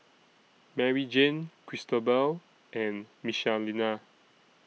Maryjane Cristobal and Michelina